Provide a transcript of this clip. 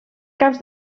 caps